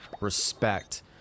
respect